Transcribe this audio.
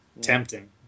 Tempting